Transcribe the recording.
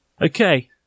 Okay